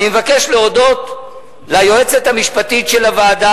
אני מבקש להודות ליועצת המשפטית של הוועדה